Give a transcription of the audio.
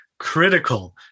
critical